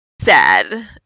sad